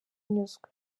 nyuzwe